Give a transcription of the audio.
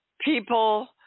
people